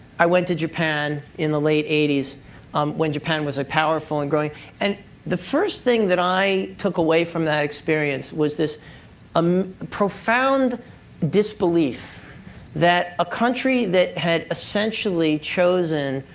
i went to japan in the late eighty s um when japan was a powerful and growing and the first thing that i took away from that experience was this um profound disbelief that a country that had essentially chosen,